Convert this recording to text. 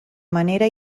manera